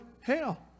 hell